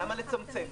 למה לצמצם?